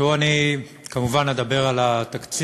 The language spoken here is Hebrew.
תודה רבה, אני, כמובן, אדבר על התקציב,